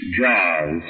Jaws